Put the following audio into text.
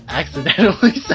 accidentally